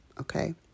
okay